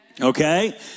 Okay